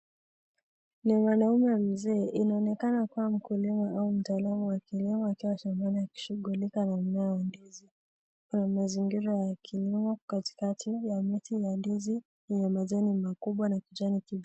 Ni mwanaume mzee, Inaonekana kuwa mkulima au mtaalamu akiwa shambani akishughulika na mmea wa ndizi na kuna mazingira ya kilimo Kati kati ya miti ya ndizi yenye majani makubwa na kijani kibichi.